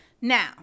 Now